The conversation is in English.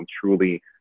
truly